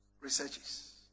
researches